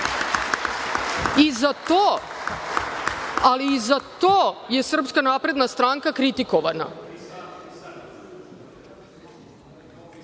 I za to, ali i za to je Srpska napredna stranka kritikovana. Što